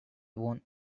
own